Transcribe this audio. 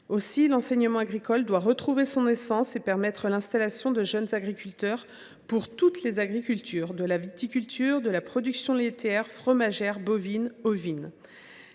L’enseignement agricole doit retrouver son essence et permettre l’installation de jeunes agriculteurs pour toutes les agricultures, de la viticulture à la production laitière, fromagère, bovine, ovine.